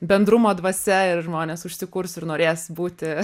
bendrumo dvasia ir žmonės užsikurs ir norės būti